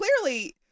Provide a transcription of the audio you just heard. clearly